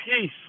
peace